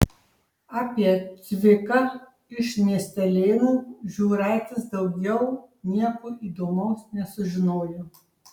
apie cviką iš miestelėnų žiūraitis daugiau nieko įdomaus nesužinojo